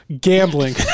gambling